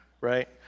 right